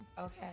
Okay